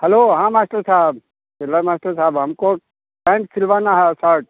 hello हाँ master साहब hello master साहब हमको पैंट सिलवाना है और सर्ट